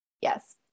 Yes